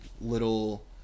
little